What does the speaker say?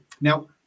Now